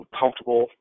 comfortable